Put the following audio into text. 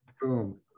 boom